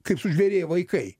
kaip sužvėrėję vaikai